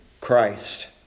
Christ